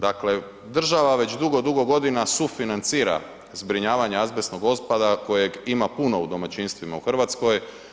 Dakle, država već dugo, dugo godina sufinancira zbrinjavanje azbestnog otpada koje ima puno u domaćinstvima u Hrvatskoj.